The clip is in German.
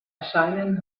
erscheinen